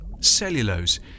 cellulose